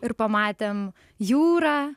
ir pamatėm jūrą